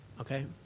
okay